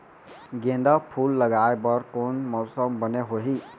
गेंदा फूल लगाए बर कोन मौसम बने होही?